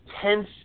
tense